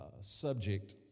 subject